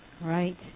Right